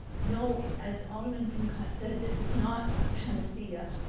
know as alderman pincott said this is not a panacea